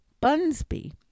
Bunsby